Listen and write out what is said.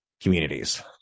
communities